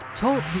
Talk